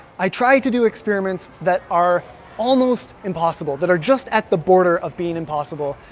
i try to do experiments that are almost impossible that are just at the border of being impossible